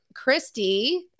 christy